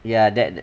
ya that